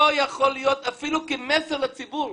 לא יכול להיות אפילו כמסר לציבור,